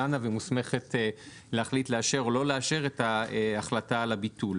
דנה ומוסמכת להחליט לאשר או לא לאשר את ההחלטה על הביטול.